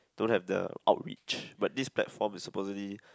to have the awkrich but this platform is supposely